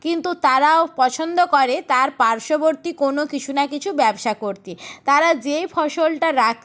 কিন্তু তারাও পছন্দ করে তার পার্শ্ববর্তী কোনো কিছু না কিছু ব্যবসা করতে তারা যে ফসলটা রাক